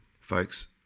Folks